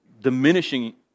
diminishing